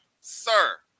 sir